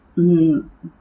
mm